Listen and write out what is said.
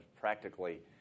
practically